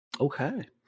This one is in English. Okay